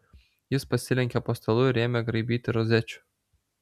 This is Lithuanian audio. jis pasilenkė po stalu ir ėmė graibyti rozečių